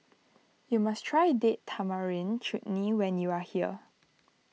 you must try Date Tamarind Chutney when you are here